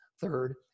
Third